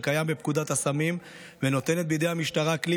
קיים בפקודת הסמים ונותנת בידי המשטרה כלי